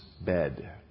bed